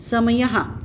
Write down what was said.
समयः